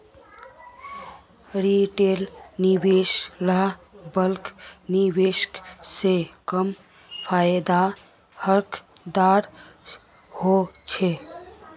retail निवेशक ला bulk निवेशक से कम फायेदार हकदार होछे